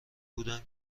بودم